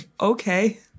okay